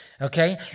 Okay